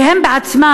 שהם בעצמם,